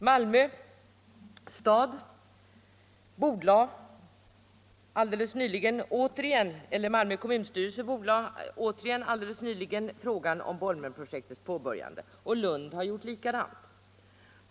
Malmö kommunstyrelse bordlade alldeles nyligen återigen frågan om Bolmenprojektets påbörjande, och Lund har gjort likadant.